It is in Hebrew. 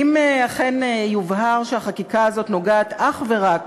אם אכן יובהר שהחקיקה הזאת נוגעת אך ורק